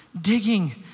digging